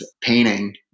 painting